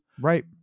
right